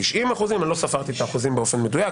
90 אחוזים לא ספרתי את האחוזים באופן מדויק,